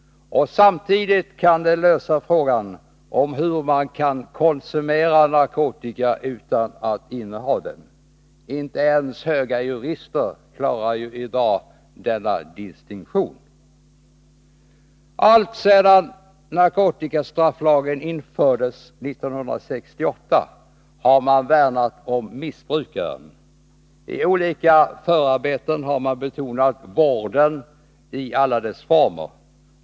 Och samtidigt kan det lösa frågan om hur man kan konsumera narkotika utan att inneha den. Inte ens höga jurister klarar ju i dag denna distinktion. Alltsedan narkotikastrafflagen infördes 1968 har man värnat om missbrukaren. I olika förarbeten har man betonat vården i alla dess former.